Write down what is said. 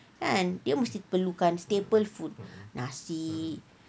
kan dia mesti perlukan staple food nasi